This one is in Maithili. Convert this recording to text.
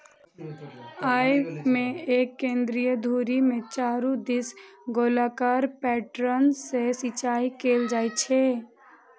अय मे एक केंद्रीय धुरी के चारू दिस गोलाकार पैटर्न सं सिंचाइ कैल जाइ छै